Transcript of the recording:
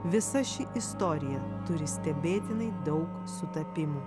visa ši istorija turi stebėtinai daug sutapimų